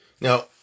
Now